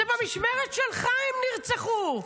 במשמרת שלך הם נרצחו.